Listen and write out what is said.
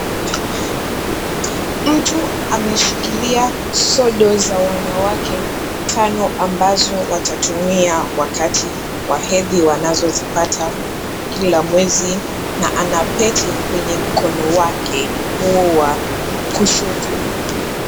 Mtu ameshikilia sodo za wanawake tano ambazo watatumia wakati wa hedhi wanazo zipata kila mwezi na anapete kwenye mkono wake huu wa kushoto.